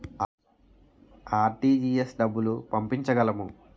RTGS డబ్బులు పంపించగలము?